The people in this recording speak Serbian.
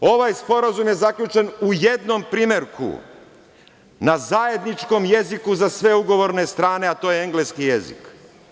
Ovaj Sporazum je zaključen u jednom primerku na zajedničkom jeziku za sve ugovorne strane, a to je engleski jezik.